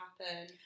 happen